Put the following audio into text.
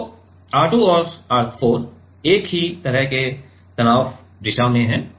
तो R 2 और R 4 एक ही तरह के तनाव दिशा में हैं